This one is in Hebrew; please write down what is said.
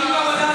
חבר'ה,